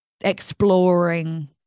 exploring